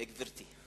גברתי.